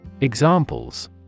Examples